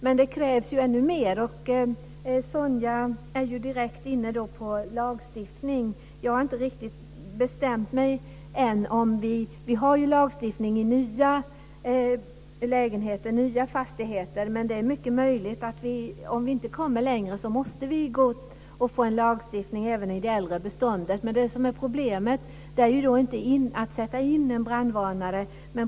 Men det krävs ännu mer. Sonja Fransson var inne på lagstiftning. Jag har inte riktigt bestämt mig än. Vi har ju lagstiftning för nya lägenheter och nya fastigheter. Om vi inte kommer längre är det mycket möjligt att vi måste få en lagstiftning även för det äldre beståndet. Det som är problemet är inte att sätta in en brandvarnare.